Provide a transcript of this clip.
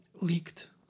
leaked